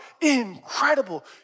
incredible